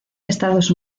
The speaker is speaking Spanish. estados